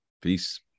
peace